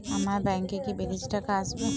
আমার ব্যংকে কি বিদেশি টাকা আসবে?